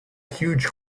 huge